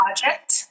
project